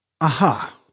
Aha